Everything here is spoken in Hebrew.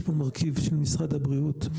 יש פה מרכיב של משרד הבריאות,